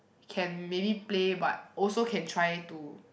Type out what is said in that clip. can maybe play but also can try to